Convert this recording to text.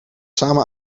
samen